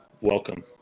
welcome